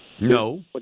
no